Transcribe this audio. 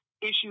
issue